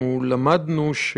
למדנו על הזמן